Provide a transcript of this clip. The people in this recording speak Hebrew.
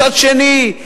מצד שני,